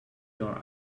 your